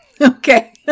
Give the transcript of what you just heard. Okay